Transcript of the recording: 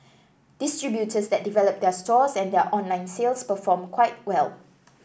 distributors that develop their stores and their online sales perform quite well